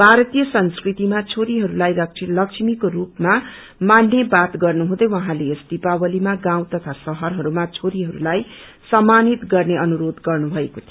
भारतीय संस्कृतिमा छोरीहरूलाई लक्ष्मीको रूपमा मान्ने बात गर्नु हुँदै उडाँले यस दिपावतीमा गाउँ तथा शहरहरूमा छोरीहरूलाई सम्मानित गर्ने अनुरोष गर्नुभएको थियो